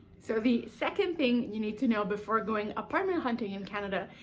so, the second thing you need to know before going apartment hunting in canada,